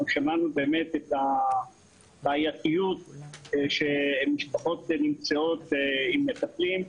שמענו את הבעייתיות שמשפחות נמצאות עם מטפלים,